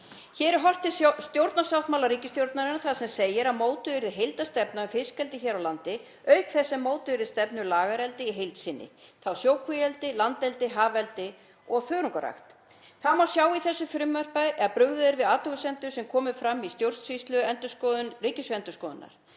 Hér er horft til stjórnarsáttmála ríkisstjórnarinnar þar sem segir að mótuð verði heildarstefna um fiskeldi hér á landi auk þess sem mótuð verði stefna um lagareldi í heild sinni, þ.e. sjókvíaeldi, landeldi, hafeldi og þörungaræktun. Það má sjá í þessu frumvarpi að brugðist er við athugasemdum sem komu fram í stjórnsýsluendurskoðun Ríkisendurskoðunar.